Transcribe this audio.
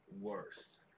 worst